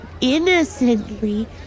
innocently